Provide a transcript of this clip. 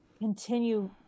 continue